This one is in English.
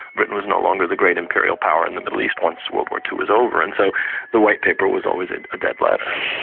britain was no longer the great imperial power in the middle east once world war ii was over, and so the white paper was always a dead letter.